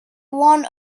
one